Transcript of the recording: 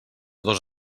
dos